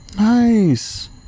Nice